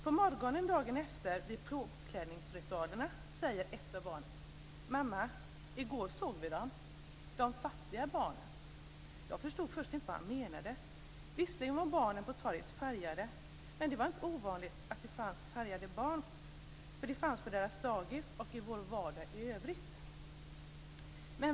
På morgonen dagen efter, vid påklädningsritualen, säger ett av barnen: Mamma, i går såg vi de fattiga barnen. Jag förstod först inte vad han menade. Visserligen var barnen på torget färgade, men det var inte ovanligt att det fanns färgade barn. Det fanns på deras dagis och i vår vardag i övrigt.